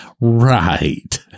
Right